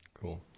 cool